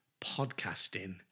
podcasting